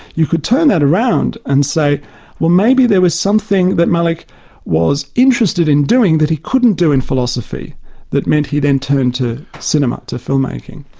you could turn that around and say that maybe there was something that malick was interested in doing that he couldn't do in philosophy that meant he then turned to cinema, to film making.